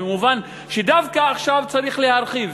במובן שדווקא עכשיו צריך להרחיב,